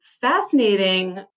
fascinating